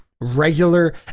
regular